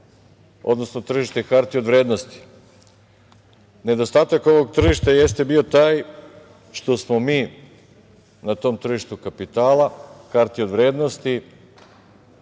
odnosno tržište hartije od vrednosti. Nedostatak ovog tržišta jeste bio taj što smo mi na tom tržištu kapitala, hartije od vrednosti,